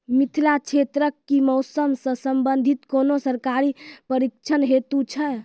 मिथिला क्षेत्रक कि मौसम से संबंधित कुनू सरकारी प्रशिक्षण हेतु छै?